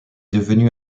devenue